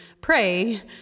pray